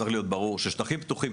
צריך להיות ברור ששטחים פתוחים,